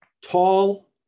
tall